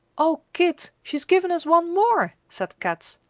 o kit, she's given us one more! said kat.